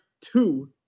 two